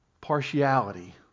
partiality